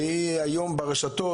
היום היא נמצאת ברשתות,